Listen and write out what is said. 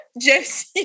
Josie